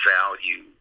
value